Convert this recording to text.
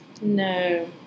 No